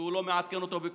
שהוא לא מעדכן אותו בכלום,